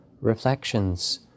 reflections